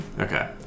Okay